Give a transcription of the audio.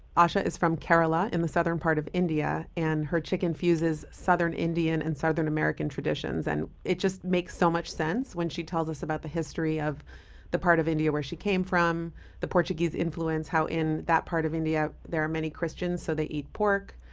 asha is from kerala in the southern part of india. and her chicken fuses southern indian and southern american traditions and it just makes so much sense when she tells us about the history of the part of india where she came from the portuguese influence, how in that part of india there are many christians so they eat pork,